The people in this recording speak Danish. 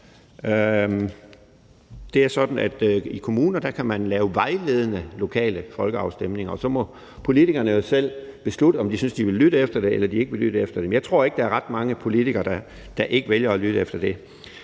Det er sådan, at man i kommunerne kan lave vejledende lokale folkeafstemninger, og så må politikerne jo selv beslutte, om de synes, de vil lytte til det, eller de ikke vil lytte til det. Men jeg tror ikke, der er ret mange politikere, der ikke vælger at lytte til det.